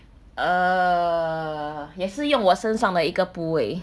err 也是用我身上的一个部位